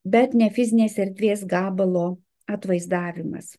bet ne fizinės erdvės gabalo atvaizdavimas